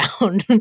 down